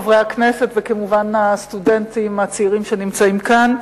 חברי הכנסת וכמובן הסטודנטים הצעירים שנמצאים כאן,